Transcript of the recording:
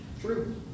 True